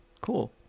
Cool